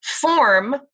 form